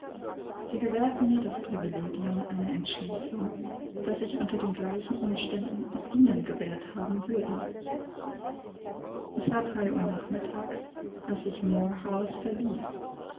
sie gewährten mir das privilegium einer entschließung das ich unter den gleichen umständen auch ihnen gewählt haben würde es war drei uhr nachmittags als ich moor house verließ